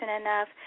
enough